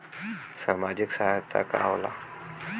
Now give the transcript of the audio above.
सामाजिक सहायता का होला?